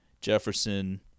Jefferson